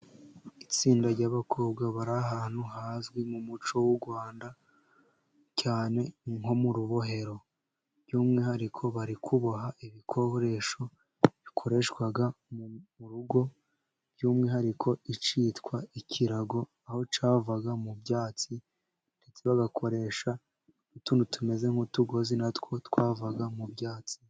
Itsinda ry'abakobwa bari ahantu hazwi mu muco w'u Rwanda cyane nko mu rubohero, by'umwihariko bari kuboha ibikoresho bikoreshwa mu rugo, by'umwihariko icyitwa ikirago, aho cyavaga mu byatsi ndetse bagakoresha utuntu tumeze nk'utugozi natwo twavaga mu byatsi.